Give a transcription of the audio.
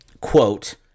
quote